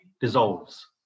dissolves